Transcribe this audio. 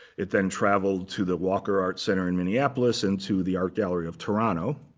it then traveled to the walker art center in minneapolis into the art gallery of toronto,